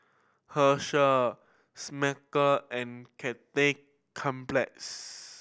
Herschel Smuckers and Cathay Cineplex